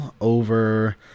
over